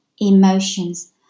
emotions